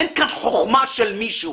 אין כאן חוכמה של מישהו,